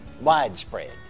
widespread